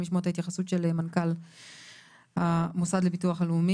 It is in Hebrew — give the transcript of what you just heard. אני רוצה לשמוע גם את ההתייחסות של מנכ"ל המוסד לביטוח לאומי.